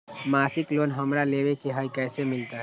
मासिक लोन हमरा लेवे के हई कैसे मिलत?